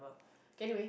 anyway